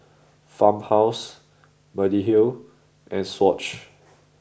Farmhouse Mediheal and Swatch